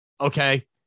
Okay